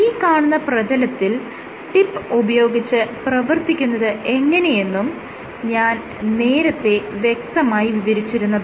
ഈ കാണുന്ന പ്രതലത്തിൽ ടിപ്പ് ഉപയോഗിച്ച് പ്രവർത്തിക്കുന്നത് എങ്ങനെയെന്നും ഞാൻ നേരത്തെ വ്യക്തമായി വിവരിച്ചിരുന്നുതാണ്